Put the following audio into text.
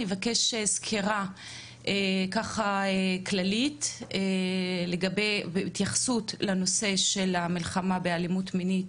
נבקש סקירה ככה כללית והתייחסות לנושא של מלחמה באלימות מינית